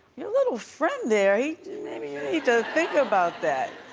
your little friend there, you need to think about that.